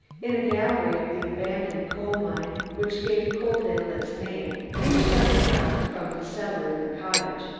in a gallery of the abandoned coal mine which gave coaldale its name, reached underground from the cellar in the cottage.